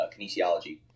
kinesiology